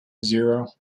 zero